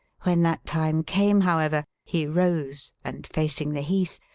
when that time came, however, he rose, and facing the heath,